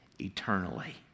eternally